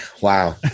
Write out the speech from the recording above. Wow